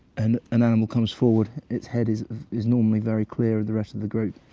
and an animal comes forward its head is is normally very clear of the rest of the group.